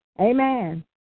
Amen